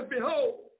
Behold